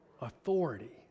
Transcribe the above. authority